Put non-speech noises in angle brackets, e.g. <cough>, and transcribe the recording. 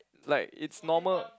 like it's normal <noise>